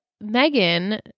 megan